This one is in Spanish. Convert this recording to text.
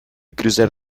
cruzar